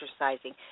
exercising